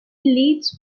leads